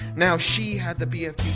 now she had the b ah